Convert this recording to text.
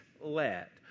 let